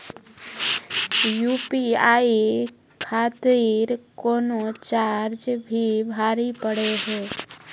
UPI खातिर कोनो charge भी भरी पड़ी हो?